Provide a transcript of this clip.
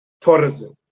tourism